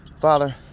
Father